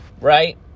right